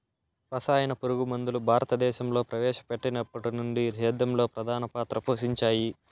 రసాయన పురుగుమందులు భారతదేశంలో ప్రవేశపెట్టినప్పటి నుండి సేద్యంలో ప్రధాన పాత్ర పోషించాయి